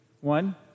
One